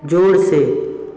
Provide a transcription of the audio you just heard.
जोर से